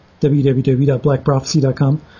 www.blackprophecy.com